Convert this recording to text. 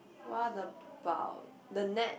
what about the net